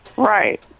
Right